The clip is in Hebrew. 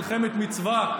מלחמת מצווה,